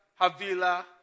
Havila